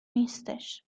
نیستش